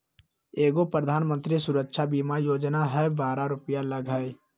एगो प्रधानमंत्री सुरक्षा बीमा योजना है बारह रु लगहई?